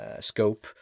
Scope